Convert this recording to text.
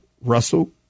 Russell